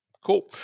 Cool